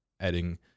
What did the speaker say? adding